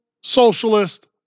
Socialist